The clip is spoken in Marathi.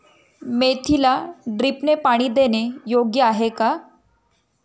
मेथीला ड्रिपने पाणी देणे योग्य आहे का?